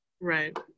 right